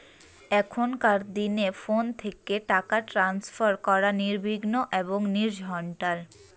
এখনকার দিনে ফোন থেকে টাকা ট্রান্সফার করা নির্বিঘ্ন এবং নির্ঝঞ্ঝাট